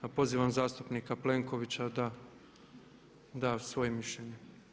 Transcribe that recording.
Pozivam zastupnika Plenkovića da da svoje mišljenje.